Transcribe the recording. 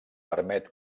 permet